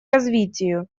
развитию